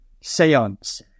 seance